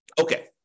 Okay